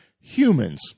humans